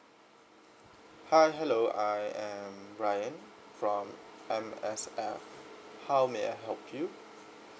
hi hello I am ryan from M_S_F how may I help you